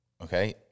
okay